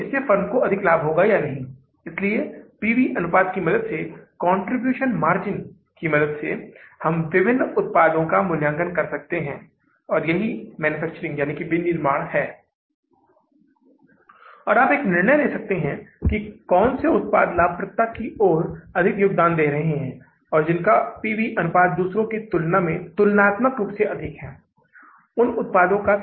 इसलिए हम यहां कॉलम बनाने नहीं जा रहे हैंमतलब की हम किसी भी आंकड़े को नहीं डाल रहे हैं लेकिन हमें कॉलम बनाने हैं क्योंकि जुलाई के महीने में अधिशेष हो सकता है हमें तब वापस लौटाना होगा तो हमें उधार नहीं लेना होगा फिर हम यहां डालेंगे फिर हमें वापस लौटना होगा क्योंकि हमारे पास अधिशेष नकदी है